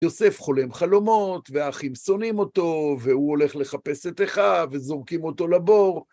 יוסף חולם חלומות, והאחים שונאים אותו, והוא הולך לחפש את אחיו, וזורקים אותו לבור.